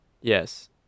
Yes